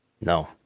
No